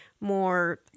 more